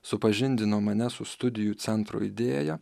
supažindino mane su studijų centro idėja